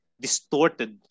distorted